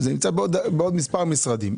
זה נמצא בעוד מספר משרדים.